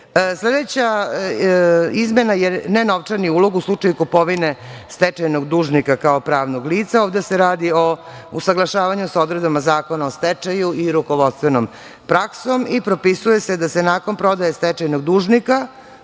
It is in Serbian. vek. Sledeća izmena je nenovčani ulog u slučaju kupovine stečajnog dužnika kao pravnog lica. Ovde se radi o usaglašavanju sa odredbama Zakona o stečaju i rukovodstvenom praksom i propisuje se da se nakon prodaje stečajnog dužnika,